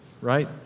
right